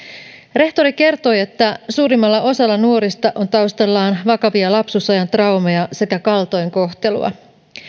rehtori kertoi että suurimmalla osalla nuorista on taustallaan vakavia lapsuusajan traumoja sekä kaltoinkohtelua